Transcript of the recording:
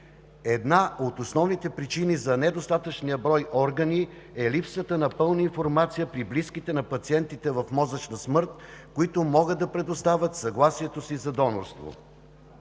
Една от основните причини за недостатъчния брой органи, е липсата на пълна информация при близките на пациентите в мозъчна смърт, които могат да предоставят съгласието си за донорство.